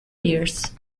years